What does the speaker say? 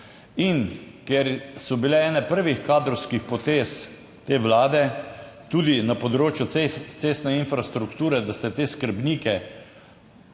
in ker so bile ene prvih kadrovskih potez te Vlade tudi na področju cestne infrastrukture, da ste te skrbnike,